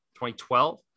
2012